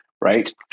right